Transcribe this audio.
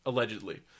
Allegedly